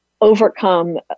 overcome